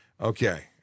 Okay